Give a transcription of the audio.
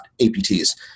APTs